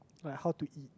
like how to eat